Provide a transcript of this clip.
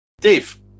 Dave